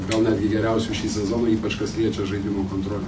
gal netgi geriausiai šį sezoną ypač kas liečia žaidimo kontrolę